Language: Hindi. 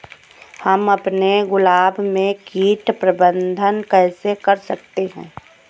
हम अपने गुलाब में कीट प्रबंधन कैसे कर सकते है?